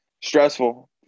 Stressful